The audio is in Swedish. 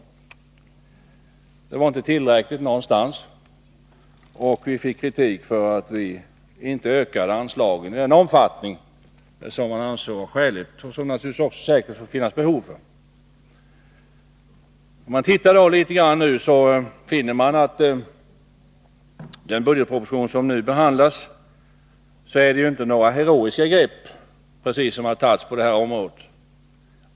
Vi satsade inte tillräckligt någonstans, ansåg socialdemokraterna, och vi fick kritik för att vi inte ökade anslagen i den omfattning som socialdemokraterna ansåg skäligt och som naturligtvis kunde behövas. Men om man tittar närmare på den budgetproposition som nu behandlas, finner man att det inte precis är några heroiska grepp som har tagits på detta område.